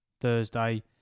Thursday